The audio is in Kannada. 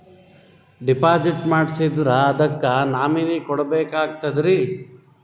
ಡಿಪಾಜಿಟ್ ಮಾಡ್ಸಿದ್ರ ಅದಕ್ಕ ನಾಮಿನಿ ಕೊಡಬೇಕಾಗ್ತದ್ರಿ?